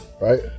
Right